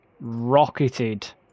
rocketed